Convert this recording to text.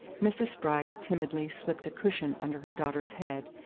mrs. spragg timidly slipped a cushion under her daughter's head,